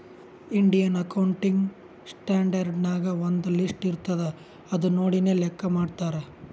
Indian accounting standard ನಾಗ್ ಒಂದ್ list ಇರ್ತುದ್ ಅದು ನೋಡಿನೇ ಲೆಕ್ಕಾ ಮಾಡ್ತಾರ್